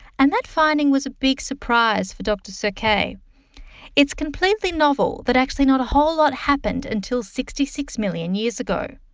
and that finding was a big surprise for dr sauquet it's completely novel that actually not a whole lot happened until sixty six million years ago.